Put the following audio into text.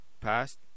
passed